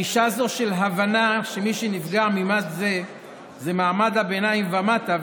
זו גישה של הבנה שמי שנפגע ממס זה הוא מעמד הביניים ומטה,